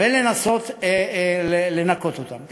ולנסות לנקות אותן.